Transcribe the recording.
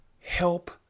help